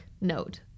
note